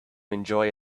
enjoy